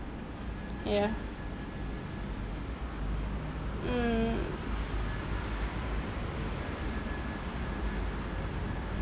yeah mm